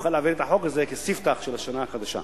נוכל להעביר את החוק הזה כספתח של השנה החדשה.